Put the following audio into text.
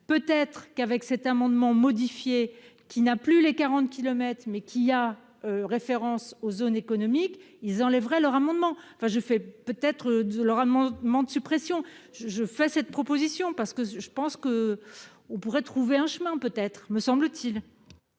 peut être qu'avec cet amendement modifié qui n'a plus les 40 kilomètres mais qui a référence aux zones économiques ils enlèverai leur amendement enfin je fais peut être de leur amendement de suppression je je fais cette proposition parce que je pense que on pourrait trouver un chemin peut être, me semble-t-il.